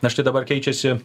na štai dabar keičiasi